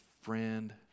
friend